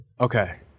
Okay